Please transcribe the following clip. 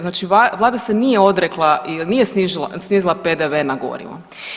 Znači Vlada se nije odrekla i nije snizila PDV na gorivo.